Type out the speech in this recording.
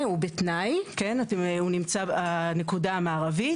התוכנית הזו ב-2012 אושרה בעקבות דיונים אין סופיים.